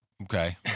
Okay